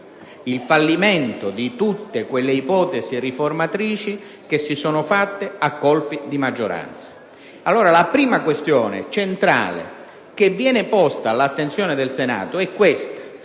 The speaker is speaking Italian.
il fallimento di tutte quelle ipotesi riformatrici che sono state portate avanti a colpi di maggioranza. La prima questione centrale che viene posta all'attenzione del Senato è proprio